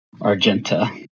Argenta